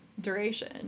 duration